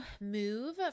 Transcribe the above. move